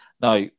Now